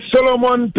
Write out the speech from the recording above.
Solomon